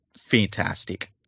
fantastic